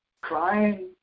Crying